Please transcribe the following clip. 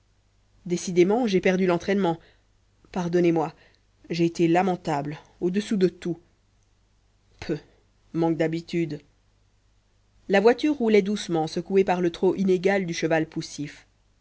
décidément j'ai perdu l'entraînement pardonnez-moi j'ai été lamentable au-dessous de tout peuh manque d'habitude la voiture roulait doucement secouée par le trot inégal du cheval poussif